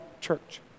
church